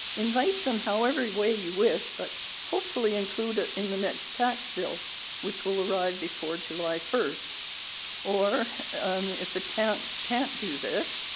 invite them however way you wish, but hopefully include it in the next tax bill which will arrive before july first or if the town can't do this,